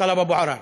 טלב אבו עראר,